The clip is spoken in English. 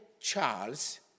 Charles